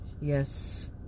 Yes